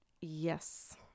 Yes